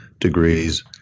degrees